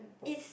is